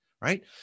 right